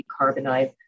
decarbonize